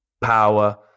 power